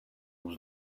was